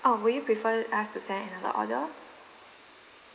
orh will you prefer us to send another order